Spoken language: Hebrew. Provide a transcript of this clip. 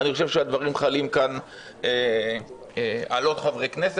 אני חושב שהדברים חלים כאן על עוד חברי כנסת,